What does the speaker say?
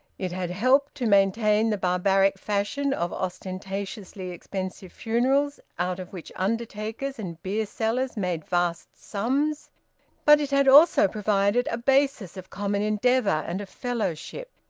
it had helped to maintain the barbaric fashion of ostentatiously expensive funerals, out of which undertakers and beer-sellers made vast sums but it had also provided a basis of common endeavour and of fellowship.